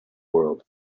world